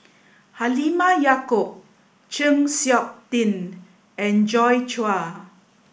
Halimah Yacob Chng Seok Tin and Joi Chua